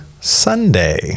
Sunday